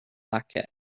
pocket